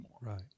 Right